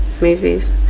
movies